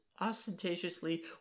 ostentatiously